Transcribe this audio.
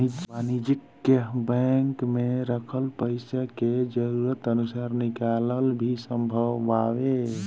वाणिज्यिक बैंक में रखल पइसा के जरूरत अनुसार निकालल भी संभव बावे